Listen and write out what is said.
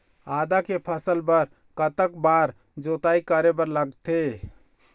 आदा के फसल बर कतक बार जोताई करे बर लगथे?